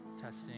testing